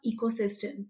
ecosystem